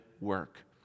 work